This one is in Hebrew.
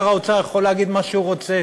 שר האוצר יכול להגיד מה שהוא רוצה.